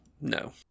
no